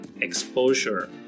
exposure